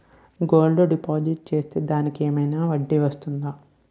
Gold deposit చేస్తే దానికి ఏమైనా వడ్డీ వస్తుందా?